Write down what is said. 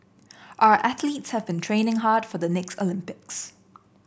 our athletes have been training hard for the next Olympics